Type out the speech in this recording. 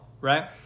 right